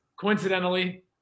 coincidentally